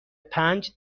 پنج